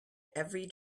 every